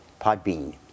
Podbean